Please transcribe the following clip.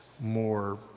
more